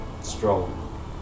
Strong